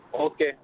Okay